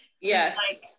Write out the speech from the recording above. Yes